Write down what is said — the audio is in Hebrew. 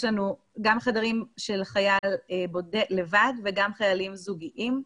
יש לנו גם חדרים של חייל לבד וגם חיילים זוגיים,